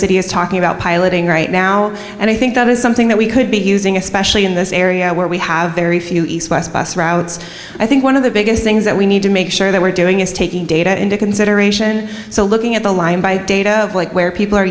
city is talking about piloting right now and i think that is something that we could be using especially in this area where we have very few routes i think one of the biggest things that we need to make sure that we're doing is taking data into consideration so looking at the line by data of like where people are